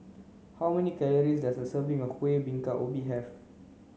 how many calories does a serving of kuih bingka ubi have